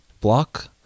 block